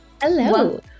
Hello